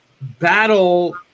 battle